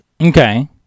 Okay